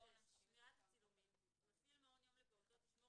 שמירת הצילומים 6. (א)מפעיל מעון יום לפעוטות ישמור